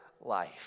life